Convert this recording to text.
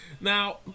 Now